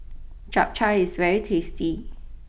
Chap Chai is very tasty